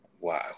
Wow